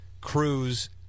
Cruz